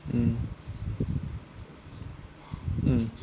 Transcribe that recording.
mm mm